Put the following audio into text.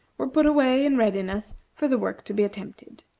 were put away in readiness for the work to be attempted.